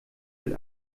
will